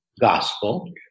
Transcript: gospel